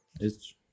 it's-